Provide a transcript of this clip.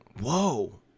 Whoa